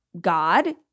God